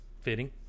fitting